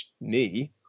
knee